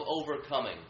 overcoming